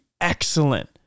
excellent